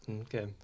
Okay